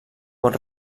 pot